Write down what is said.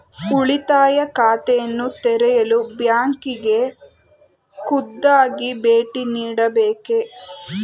ಉಳಿತಾಯ ಖಾತೆಯನ್ನು ತೆರೆಯಲು ಬ್ಯಾಂಕಿಗೆ ಖುದ್ದಾಗಿ ಭೇಟಿ ನೀಡಬೇಕೇ?